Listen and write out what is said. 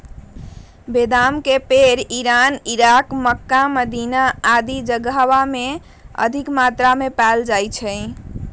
बेदाम के पेड़ इरान, इराक, मक्का, मदीना आदि जगहवन में अधिक मात्रा में पावल जा हई